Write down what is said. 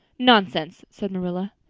nonsense, said marilla.